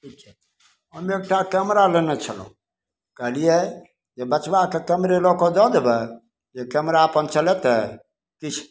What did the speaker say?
ठीक छै हमे एकटा कैमरा लेने छलहुँ कहलियै जे बचबाके कैमरे लऽ कऽ दऽ देबै जे कैमरा अपन चलेतय ई से